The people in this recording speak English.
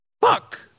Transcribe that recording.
Fuck